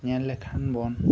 ᱧᱮᱞ ᱞᱮᱠᱷᱟᱱ ᱵᱩᱱ